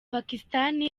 pakistani